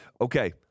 Okay